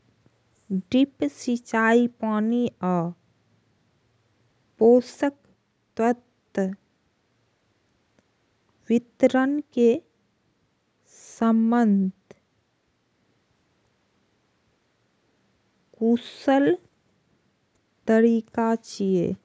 drip सिंचाई पानि आ पोषक तत्व वितरण के सबसं कुशल तरीका छियै